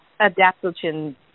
adaptogen